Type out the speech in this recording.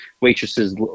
Waitresses